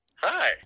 Hi